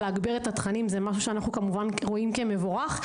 להגביר את התקנים זה מה שאנחנו רואים כמובן כמבורך.